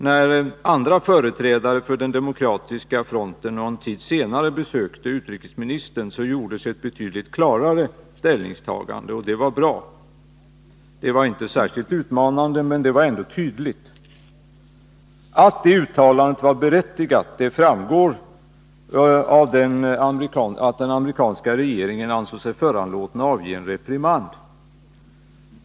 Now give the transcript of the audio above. När andra företrädare för den demokratiska fronten någon tid senare besökte utrikesministern gjordes ett betydligt klarare ställningstagande. Det var bra. Det var inte särskilt utmanande, men det var ändå tydligt. Att det uttalandet var berättigat framgår av att den amerikanska regeringen ansåg sig föranlåten att ge en reprimand.